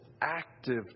active